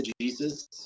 Jesus